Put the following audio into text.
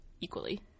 equally